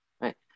right